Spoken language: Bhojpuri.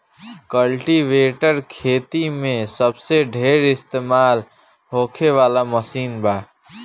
कल्टीवेटर खेती मे सबसे ढेर इस्तमाल होखे वाला मशीन बा